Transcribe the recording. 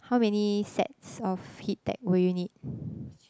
how many sets of heat tech will you need